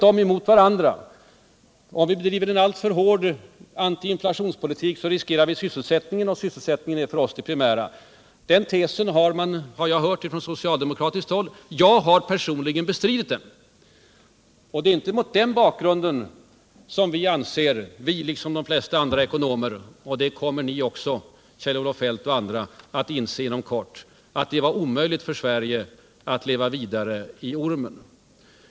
Om man bedriver en alltför hård antiinflationspolitik så riskerar man sysselsättningen, och sysselsättningen är för oss det primära — den tesen har jag hört från socialdemokratiskt håll. Jag har personligen bestridit den, men det är inte mot den bakgrunden vi liksom de flesta andra ekonomer — och det kommer Kjell-Olof Feldt och ni andra också att inse inom kort — ansåg att det var omöjligt för Sverige att leva vidare i ormen.